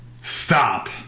Stop